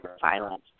violence